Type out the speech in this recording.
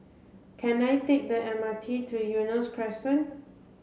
can I take the M R T to Eunos Crescent